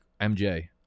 MJ